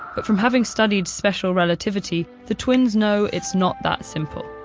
but from having studied special relativity, the twins know it's not that simple.